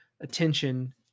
attention